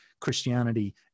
Christianity